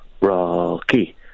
Rocky